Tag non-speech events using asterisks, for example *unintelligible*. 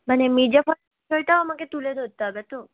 মানে মীরজাফরের *unintelligible* আমাকে তুলে ধরতে হবে তো